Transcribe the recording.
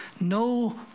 no